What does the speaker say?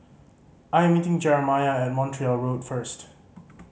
I'm meeting Jeremiah at Montreal Road first